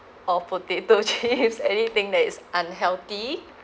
or potato chips anything that is unhealthy